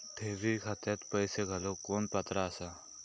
ठेवी खात्यात पैसे घालूक कोण पात्र आसा?